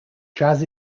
jazz